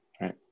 right